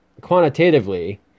quantitatively